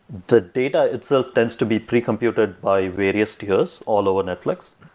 the data itself tends to be pre-computered by various tiers all over netflix.